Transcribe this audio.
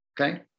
okay